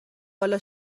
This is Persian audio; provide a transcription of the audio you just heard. والا